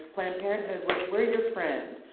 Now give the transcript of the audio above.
planned parenthood we're we're your friend.